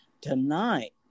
tonight